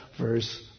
verse